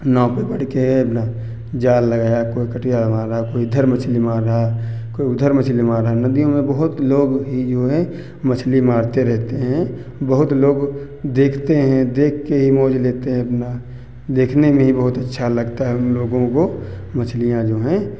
नाव पे बैठ के अपना जाल लगाया कोई कटिया मार रहा कोई इधर मछली मार रहा है कोई उधर मछली मार रहा है नदियों में बहुत लोग ही जो हैं मछली मारते रहते हैं बहुत लोग देखते हैं देख के ही मौज़ लेते हैं अपना देखने में ही बहुत अच्छा लगता है उन लोगों को मछलियाँ जो हैं